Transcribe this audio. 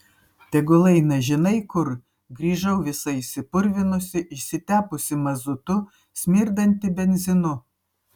tegul eina žinai kur grįžau visa išsipurvinusi išsitepusi mazutu smirdanti benzinu